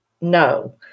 no